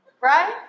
right